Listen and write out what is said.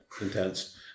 intense